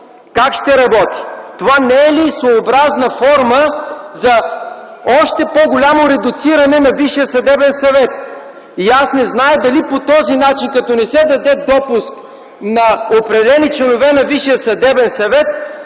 Как ще работи? Това не е ли своеобразна форма за още по-голямо редуциране на Висшия съдебен съвет? Аз не зная дали по този начин, като не се даде допуск на определени членове на